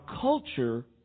culture